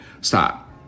Stop